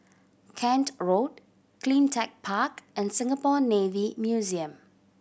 Kent Road Cleantech Park and Singapore Navy Museum